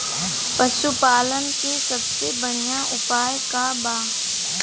पशु पालन के सबसे बढ़ियां उपाय का बा?